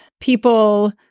people